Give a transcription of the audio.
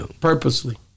Purposely